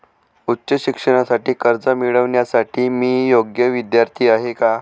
उच्च शिक्षणासाठी कर्ज मिळविण्यासाठी मी योग्य विद्यार्थी आहे का?